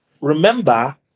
Remember